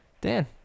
Dan